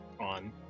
on